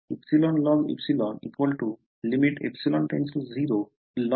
तर मी असे करेन